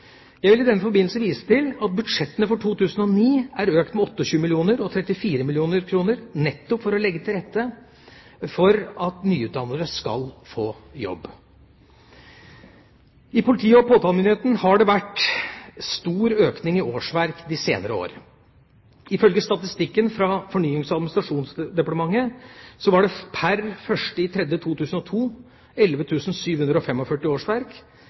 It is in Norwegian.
Jeg vil i denne forbindelse vise til at budsjettene for 2009 er økt med 28 mill. kr og 34 mill. kr, nettopp for å legge til rette for at nyutdannede skal få jobb. I politi- og påtalemyndigheten har det vært en stor økning i antall årsverk de senere år. Ifølge statistikken fra Fornyings- og administrasjonsdepartementet var det pr. 1. mars 2002 11 745 årsverk,